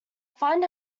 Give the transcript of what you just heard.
find